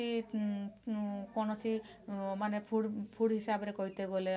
କୌଣସି ମାନେ food food ହିସାବରେ କହିତେ ଗଲେ ଆମର